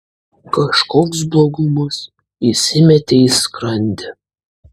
kažkoks blogumas įsimetė į skrandį